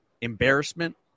embarrassment